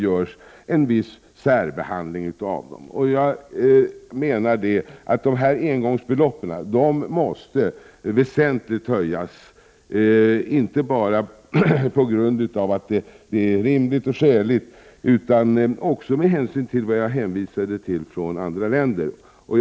Jag menar att dessa engångsbelopp måste höjas väsentligt, inte bara på grund av att det är rimligt och skäligt utan också på grund av vad som gäller i de andra länder som jag hänvisade till.